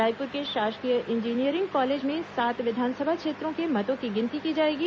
रायपुर के शासकीय engineering college में सात विधानसभा क्षेत्रों के मतों की गिनती की जाएगी